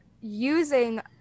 using